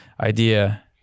idea